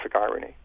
irony